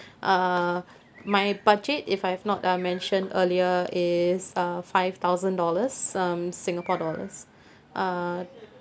uh my budget if I've not uh mentioned earlier is uh five thousand dollars um singapore dollars uh